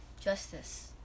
justice